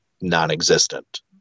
non-existent